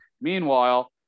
Meanwhile